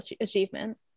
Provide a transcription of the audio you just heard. achievement